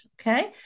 okay